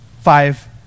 five